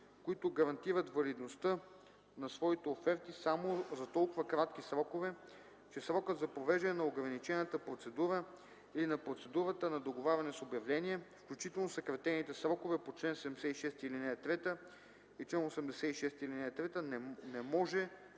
които гарантират валидността на своите оферти само за толкова кратки срокове, че срокът за провеждане на ограничената процедура или на процедурата на договаряне с обявление, включително съкратените срокове по чл. 76, ал. 3 и чл. 86, ал. 3, не може